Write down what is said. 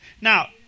Now